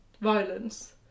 violence